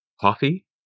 Coffee